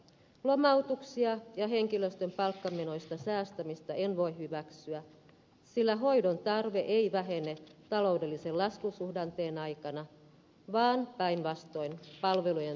lomautuksia ja henkilöstön palkkamenoista säästämistä en voi hyväksyä sillä hoidon tarve ei vähene taloudellisen laskusuhdanteen aikana vaan päinvastoin palvelujen